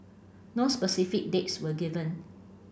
no specific dates were given